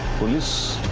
police